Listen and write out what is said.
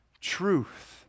truth